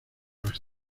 las